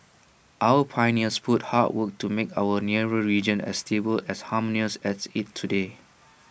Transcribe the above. our pioneers put hard work to make our nearer region as stable as harmonious as IT today